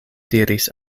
diris